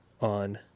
on